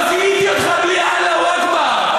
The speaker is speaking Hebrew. לא זיהיתי אותך בלי "אללה אכבר".